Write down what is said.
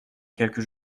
quelques